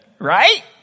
right